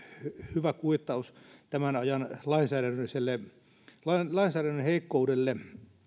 hyvä kuittaus tämän ajan lainsäädännön heikkoudelle